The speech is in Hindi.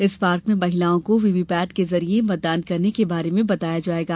इस पार्क में महिलाओं को वीवीपेट के जरिए मतदान करने के वारे में बताया जाएगा